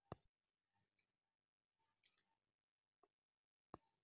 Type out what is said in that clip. passbook statement ಪ್ರಿಂಟ್ನ ಬ್ಯಾರೆ ಬ್ರಾಂಚ್ನ್ಯಾಗು ಹೋಗಿ ಪ್ರಿಂಟ್ ಹಾಕಿಕೊಡ್ತಾರ